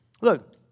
Look